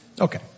Okay